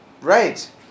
Right